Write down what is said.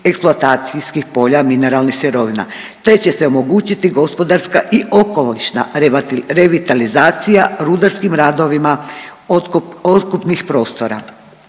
eksploatacijskih polja mineralnih sirovina te će se omogućiti gospodarska i okolišna revitalizacija rudarskim radovima otkupnih prostora.